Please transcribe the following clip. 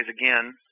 again